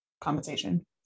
compensation